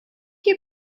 you